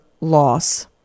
loss